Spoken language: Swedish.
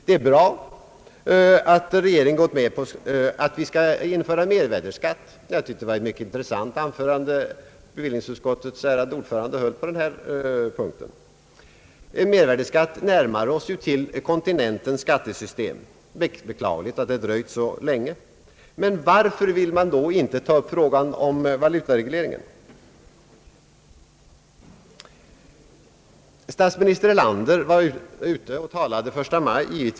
Det är bra att regeringen gått med på att införa en mervärdeskatt. Jag tycker att det var ett mycket intressant anförande som bevillningsutskottets ärade ordförande höll på denna punkt. En mervärdeskatt närmar oss ju till kontinentens skattesystem — det är beklagligt att det har dröjt så länge. Men varför vill man inte ta upp frågan om valutaregleringen? Statsminister Erlander var ute och talade den 1 maj.